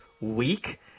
week